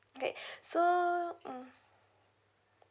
okay so mm